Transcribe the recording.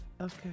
Okay